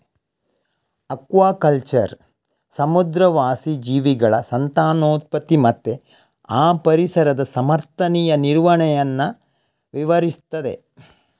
aquaculture ಸಮುದ್ರವಾಸಿ ಜೀವಿಗಳ ಸಂತಾನೋತ್ಪತ್ತಿ ಮತ್ತೆ ಆ ಪರಿಸರದ ಸಮರ್ಥನೀಯ ನಿರ್ವಹಣೆಯನ್ನ ವಿವರಿಸ್ತದೆ